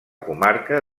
comarca